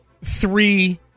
three